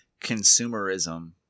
consumerism